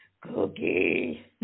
Cookie